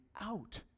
out